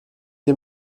des